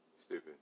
Stupid